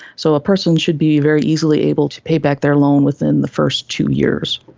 so a person should be very easily able to pay back their loan within the first two years.